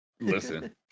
Listen